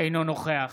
אינו נוכח